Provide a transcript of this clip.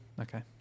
Okay